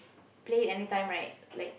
play any time right like